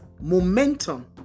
momentum